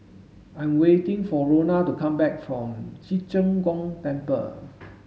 I'm waiting for Rona to come back from Ci Zheng Gong Temple